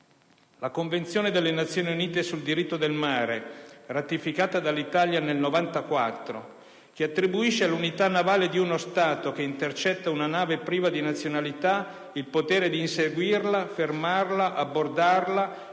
la Convenzione delle Nazioni Unite sul diritto del mare, ratificata dall'Italia nel 1994, attribuisce all'unità navale di uno Stato che intercetta una nave priva di nazionalità il potere di inseguirla, fermarla, abbordarla e